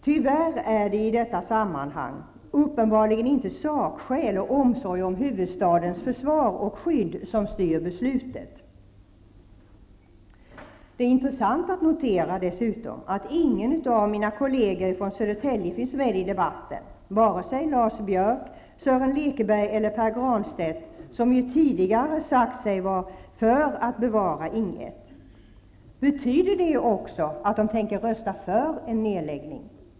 Tyvärr är det i detta sammanhang uppenbarligen inte sakskäl och omsorg om huvudstadens försvar och skydd som styr beslutet. Det är dessutom intressant att notera att ingen av mina kolleger från Södertälje finns med i debatten, vare sig Lars Biörck, Sören Lekberg eller Pär Granstedt, som ju tidigare har sagt sig vara för att bevara Ing 1. Betyder det också att de tänker rösta för en nedläggning?